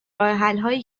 راهحلهایی